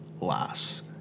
lass